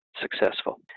successful